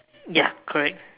ya correct